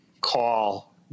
call